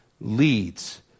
leads